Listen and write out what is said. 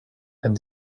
and